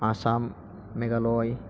Assam Meghalaya